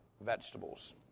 vegetables